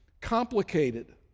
complicated